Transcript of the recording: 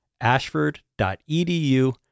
ashford.edu